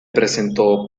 presentó